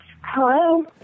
hello